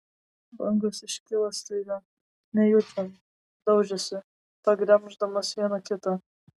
bangos iškilo staiga nejučiom daužėsi paglemždamos viena kitą